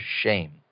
shame